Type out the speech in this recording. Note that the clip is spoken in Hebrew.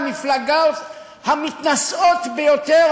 בין המפלגות המתנשאות ביותר,